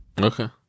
Okay